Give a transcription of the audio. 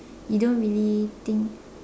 you don't really think